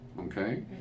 okay